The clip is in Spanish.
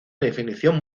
definición